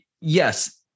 yes